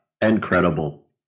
incredible